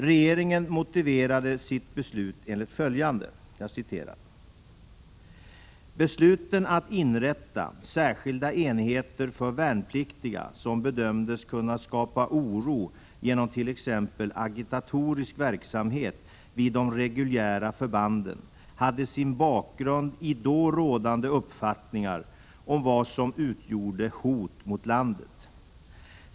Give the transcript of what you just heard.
Regeringen motiverade sitt beslut enligt följande: ”Besluten att inrätta särskilda enheter för värnpliktiga som bedömdes kunna skapa oro genom t.ex. agitatorisk verksamhet vid de reguljära förbanden hade sin bakgrund i då rådande uppfattningar om vad som utgjorde hot mot landet.